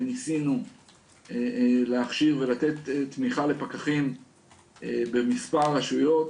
ניסינו להקשיב ולתת תמיכה לפקחים במספר רשויות.